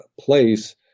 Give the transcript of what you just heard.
place